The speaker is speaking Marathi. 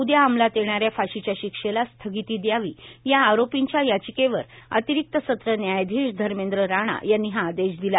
उद्या अंमलात येणाऱ्या फाशीच्या शिक्षेला स्थगिती द्यावी या आरोपींच्या याचिकेवर अतिरिक्त सत्र न्यायाधीश धर्मेद्र राणा यांनी हा आदेश दिला